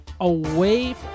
away